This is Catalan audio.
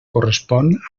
correspon